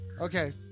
Okay